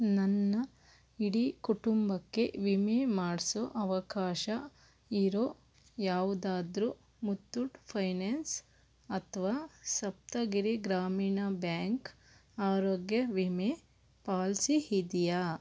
ನನ್ನ ಇಡೀ ಕುಟುಂಬಕ್ಕೆ ವಿಮೆ ಮಾಡಿಸೋ ಅವಕಾಶ ಇರೋ ಯಾವುದಾದರೂ ಮುತ್ತೂಟ್ ಫೈನಾನ್ಸ್ ಅಥವಾ ಸಪ್ತಗಿರಿ ಗ್ರಾಮೀಣ ಬ್ಯಾಂಕ್ ಆರೋಗ್ಯ ವಿಮೆ ಪಾಲ್ಸಿ ಇದೆಯಾ